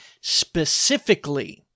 specifically